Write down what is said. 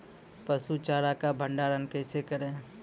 पसु चारा का भंडारण कैसे करें?